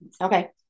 Okay